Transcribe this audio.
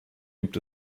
gibt